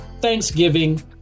Thanksgiving